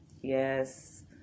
Yes